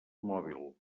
mòbil